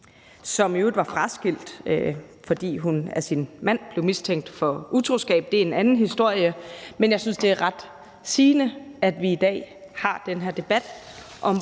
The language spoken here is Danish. som i øvrigt var fraskilt, fordi hun blev mistænkt af sin mand for utroskab – det er en anden historie. Men jeg synes, det er ret sigende, at vi i dag har den her debat